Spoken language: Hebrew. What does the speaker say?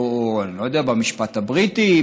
במשפט הבריטי,